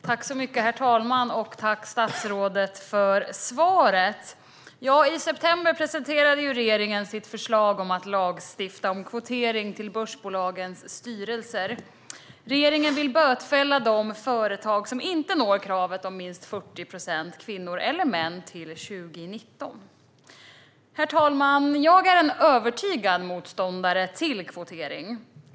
Herr talman! Tack, statsrådet, för svaret! I september presenterade regeringen sitt förslag om att lagstifta om kvotering till börsbolagens styrelser. Regeringen vill bötfälla de företag som inte når kravet om minst 40 procent kvinnor eller män till år 2019. Herr talman! Jag är en övertygad motståndare till kvotering.